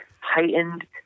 heightened